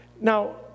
Now